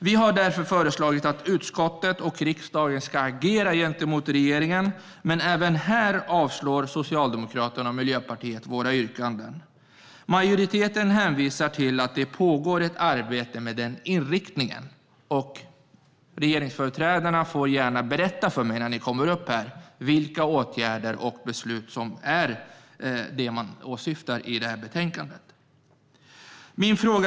Vi har därför föreslagit att utskottet och riksdagen ska agera gentemot regeringen, men även här avslår Socialdemokraterna och Miljöpartiet våra yrkanden. Majoriteten hänvisar till att det pågår ett arbete med denna inriktning. Företrädarna för regeringspartierna får gärna berätta för mig när ni går upp i talarstolen vilka åtgärder och beslut som åsyftas i betänkandet.